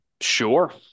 Sure